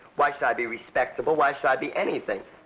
why should i be respectable? why should i be anything?